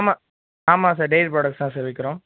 ஆமாம் ஆமாம் sir dairy products தான் சார் விற்கிறோம்